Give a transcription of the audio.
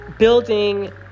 Building